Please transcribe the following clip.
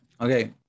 Okay